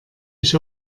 ich